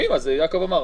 יעקב אמר,